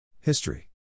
History